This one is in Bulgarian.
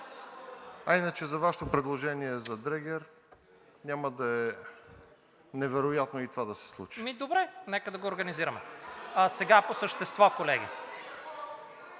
А иначе за Вашето предложение за дрегер няма да е невероятно и това да се случи. АСЕН ВАСИЛЕВ: Добре, нека да го организираме. Сега по същество, колеги.